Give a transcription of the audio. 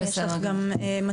יש לך גם מצגת,